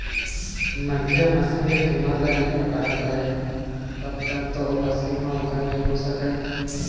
मनखे ह मसीन के कीमत ल नइ पटा दय तब तक ओ मशीन ह ओखर नइ होय सकय